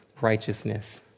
righteousness